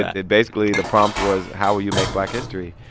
it basically the prompt was how will you make black history?